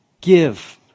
give